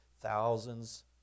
thousands